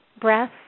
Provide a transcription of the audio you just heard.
breath